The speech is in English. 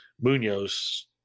Munoz